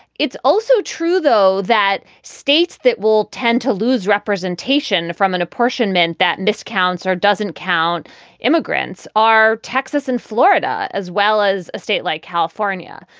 it's also true, though, that states that will tend to lose representation from an apportionment that miscounts are doesn't count immigrants are texas and florida as well as a state like california.